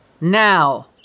Now